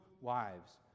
wives